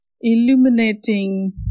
illuminating